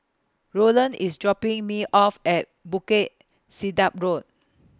Roland IS dropping Me off At Bukit Sedap Road